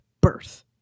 birth